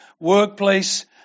workplace